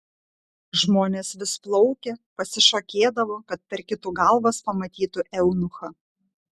žmonės vis plaukė pasišokėdavo kad per kitų galvas pamatytų eunuchą